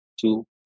two